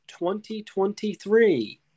2023